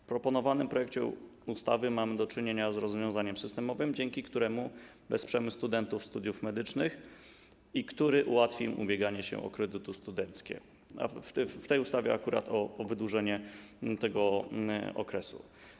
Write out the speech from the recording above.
W proponowanym projekcie ustawy mamy do czynienia z rozwiązaniem systemowym, dzięki któremu wesprzemy studentów studiów medycznych i który ułatwi ubieganie się o kredyty studenckie, a w tej ustawie chodzi akurat o wydłużenie tego okresu.